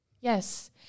Yes